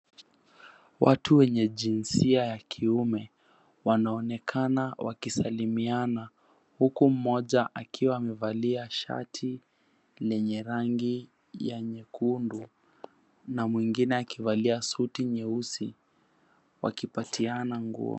Watu wenye jinsia ya kiume, wanaonekana wakisalimiana huku mmoja akiwa amevalia shati lenye rangi ya nyekundu na mwingine akivalia suti nyeusi, wakipatiana nguo.